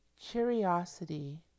Curiosity